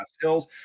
hills